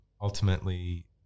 ultimately